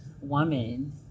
woman